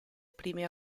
prime